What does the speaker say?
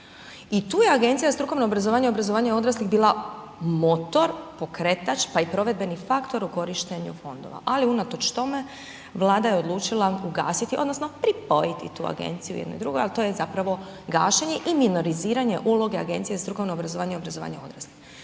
I tu je Agencija za strukovno obrazovanje i obrazovanje odraslih bila motor, pokretač, pa i provedbenih faktora u korištenju fondova, ali unatoč tome Vlada je odlučila ugasiti odnosno pripojiti tu agenciju jednu drugoj, al to je zapravo gašenje i minoriziranje uloge Agencija za strukovno obrazovanje i obrazovanje odraslih.